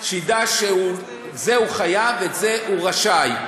הוא ידע שאת זה הוא חייב ואתה הוא רשאי,